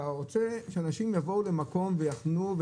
אתה רוצה שאנשים יבואו למקום ויחנו,